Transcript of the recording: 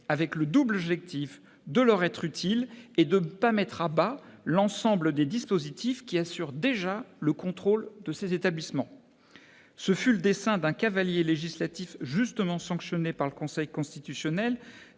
avec le double objectif de leur être utiles et de ne pas mettre à bas l'ensemble des dispositifs qui assurent déjà le contrôle de ces établissements. Ce fut le dessein d'un cavalier législatif justement sanctionné par le Conseil constitutionnel,